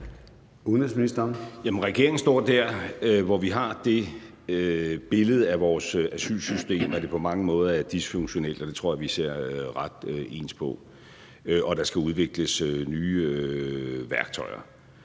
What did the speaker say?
regeringen står der, hvor vi har det billede af vores asylsystem, at det på mange måder er dysfunktionelt, og det tror jeg vi ser ret ens på. Der skal udvikles nye værktøjer,